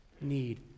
need